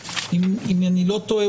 ואם אני לא טועה,